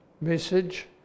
message